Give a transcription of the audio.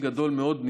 היה הולך ומעודד